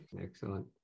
Excellent